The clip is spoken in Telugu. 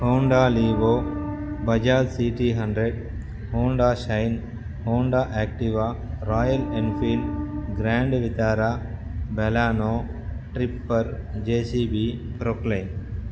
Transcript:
Honda Livo Bajaj CT hundred Honda Shine Honda Activa Royal Enfield Grand Vitara Baleno tipper JCB Poclain